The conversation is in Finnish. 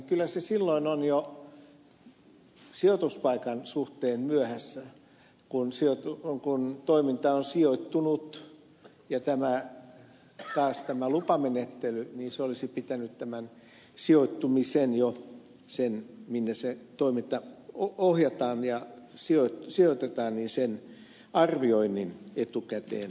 kyllä ollaan silloin jo sijoituspaikan suhteen myöhässä kun toiminta on sijoittunut ja taas tämän lupamenettelyn olisi pitänyt jo tämä sijoittuminen se arviointi minne se toiminta ohjataan ja sijoitetaan pitää etukäteen sisällään